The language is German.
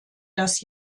das